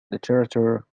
literature